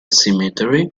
cemetery